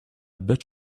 bet